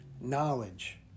knowledge